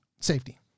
safety